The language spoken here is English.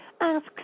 Ask